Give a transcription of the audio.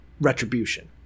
retribution